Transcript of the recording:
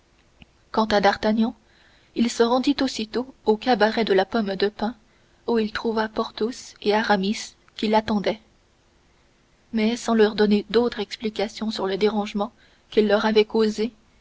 quant à d'artagnan il se rendit aussitôt au cabaret de la pomme de pin où il trouva porthos et aramis qui l'attendaient mais sans leur donner d'autre explication sur le dérangement qu'il leur avait causé